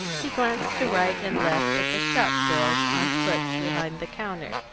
he glanced to right and left at the shop-girls on foot behind the counter,